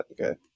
okay